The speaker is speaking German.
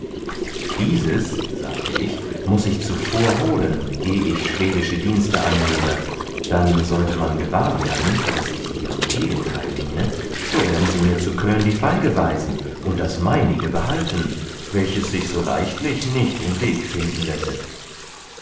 dieses sagte ich muß ich zuvor holen eh ich schwedische dienste annehme dann sollte man gewahr werden daß ich ihrem gegenteil diene so werden sie mir zu köln die feige weisen und das meinige behalten welches sich so leichtlich nicht im weg finden lässet